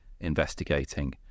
investigating